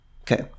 Okay